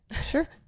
Sure